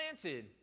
planted